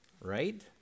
right